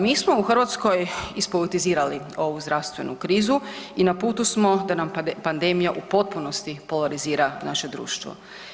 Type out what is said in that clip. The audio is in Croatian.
Mi smo u Hrvatskoj ispolitizirali ovu zdravstvenu krizu i na putu smo da nam pandemija u potpunosti polarizira naše društvo.